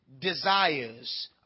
desires